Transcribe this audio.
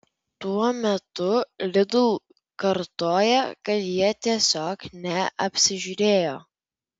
tuo metu lidl kartoja kad jie tiesiog neapsižiūrėjo